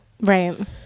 Right